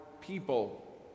people